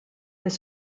was